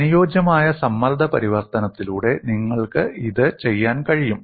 അനുയോജ്യമായ സമ്മർദ്ദ പരിവർത്തനത്തിലൂടെ നിങ്ങൾക്ക് ഇത് ചെയ്യാൻ കഴിയും